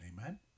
Amen